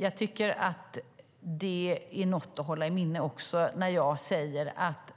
Jag tycker att det också är något att hålla i minnet när jag säger att